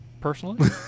personally